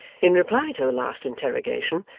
in reply to the last interrogation,